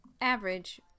average